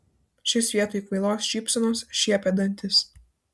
šis vietoj kvailos šypsenos šiepė dantis